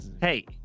Hey